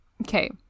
okay